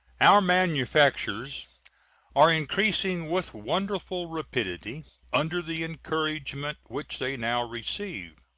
our manufactures are increasing with wonderful rapidity under the encouragement which they now receive.